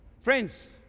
Friends